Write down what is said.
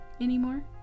anymore